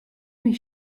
mich